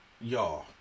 y'all